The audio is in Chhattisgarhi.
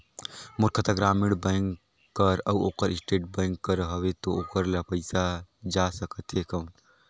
मोर खाता ग्रामीण बैंक कर अउ ओकर स्टेट बैंक कर हावेय तो ओकर ला पइसा जा सकत हे कौन?